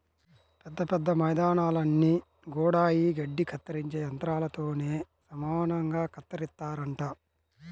పెద్ద పెద్ద మైదానాల్ని గూడా యీ గడ్డి కత్తిరించే యంత్రాలతోనే సమానంగా కత్తిరిత్తారంట